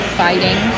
fighting